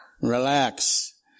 Relax